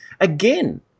again